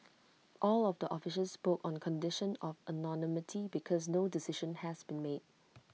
all of the officials spoke on condition of anonymity because no decision has been made